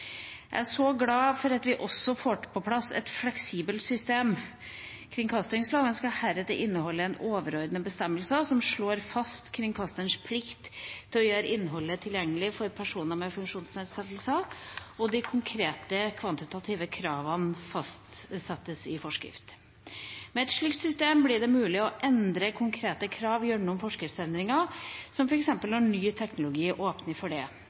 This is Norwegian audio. Jeg er glad for at vi også får på plass et fleksibelt system. Kringkastingsloven skal heretter inneholde en overordnet bestemmelse som slår fast kringkasterens plikt til å gjøre innholdet tilgjengelig for personer med funksjonsnedsettelser, og de konkrete kvantitative kravene fastsettes i forskrift. Med et slikt system blir det mulig å endre konkrete krav gjennom forskriftsendringer, som f.eks. når ny teknologi åpner for det,